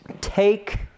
Take